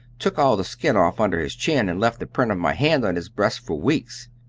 took all the skin off under his chin, and left the print of my hand on his breast for weeks.